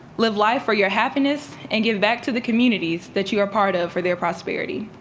live life for your happiness and give back to the communities that you are part of for their prosperity.